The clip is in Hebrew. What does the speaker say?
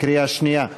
קריאה שנייה,